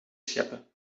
scheppen